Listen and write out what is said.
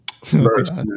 First